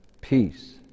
Peace